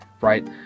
right